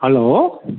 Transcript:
hello